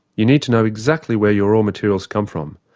you need to know exactly where your raw materials come from.